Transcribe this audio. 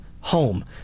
home